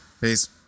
peace